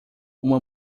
uma